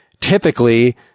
typically